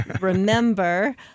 remember